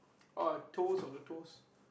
orh toes on the toes